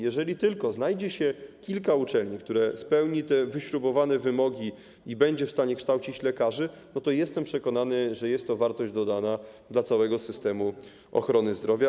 Jeżeli tylko znajdzie się kilka uczelni, które spełnią te wyśrubowane wymogi i będą w stanie kształcić lekarzy, to będzie to, jestem przekonany, wartość dodana dla całego systemu ochrony zdrowia.